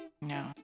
No